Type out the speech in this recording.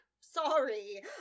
sorry